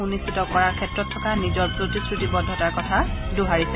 সুনিশ্চিত কৰাৰ ক্ষেত্ৰত থকা নিজৰ প্ৰতিশ্ৰুতিবদ্ধতাৰ কথা দোহাৰিছে